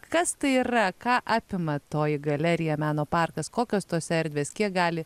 kas tai yra ką apima toji galerija meno parkas kokios tos erdvės kiek gali